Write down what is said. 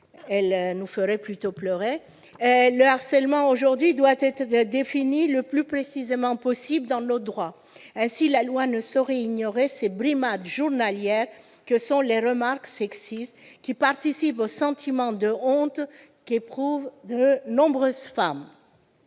qui donnerait plutôt envie de pleurer. Le harcèlement doit être aujourd'hui défini le plus précisément possible dans notre droit. Ainsi, la loi ne saurait ignorer ces brimades journalières que sont les remarques sexistes, qui participent au sentiment de honte qu'éprouvent de nombreuses femmes.